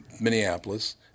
Minneapolis